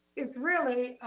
it's really,